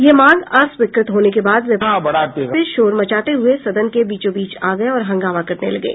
यह मांग अस्वीकृत होने के बाद विपक्ष के सदस्य शोर मचाते हुए सदन के बीचोबीच आ गये और हंगामा करने लगे